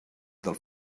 del